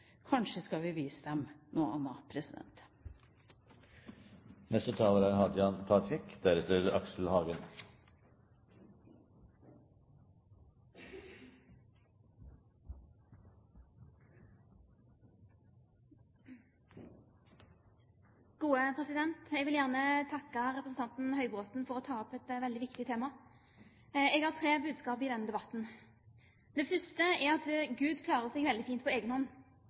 Kanskje skal vi vise dem noe annet? Jeg vil gjerne takke representanten Høybråten for å ta opp et veldig viktig tema. Jeg har tre budskap i denne debatten. Det første er at Gud klarer seg veldig fint på